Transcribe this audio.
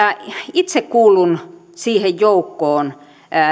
itse kuulun siihen joukkoon